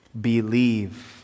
believe